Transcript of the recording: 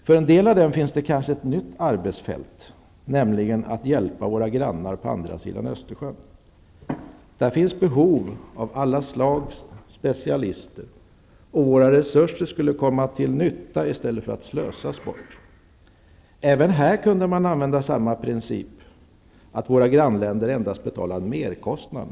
För en del av dem finns kanske ett nytt arbetsfält, nämligen att hjälpa våra nya grannar på andra sidan Östersjön. Där finns behov av alla slags specialister och våra resurser skulle komma till nytta i stället för att slösas bort. Även här kunde man kanske använda samma princip, att våra grannländer endast betalar merkostnaden.